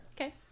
Okay